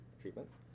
treatments